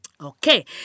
Okay